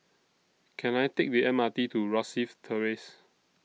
Can I Take The M R T to Rosyth Terrace